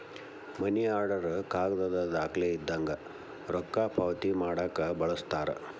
ಮನಿ order ಕಾಗದದ್ ದಾಖಲೆ ಇದ್ದಂಗ ರೊಕ್ಕಾ ಪಾವತಿ ಮಾಡಾಕ ಬಳಸ್ತಾರ